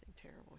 terrible